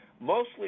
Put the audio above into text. Mostly